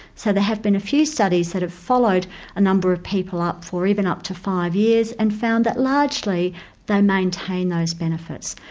so there have been a few studies that have followed a number of people up for even up to five years and found that largely they maintain those benefits.